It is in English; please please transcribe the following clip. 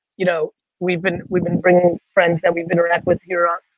you know we've been we've been bringing friends that we've interact with here,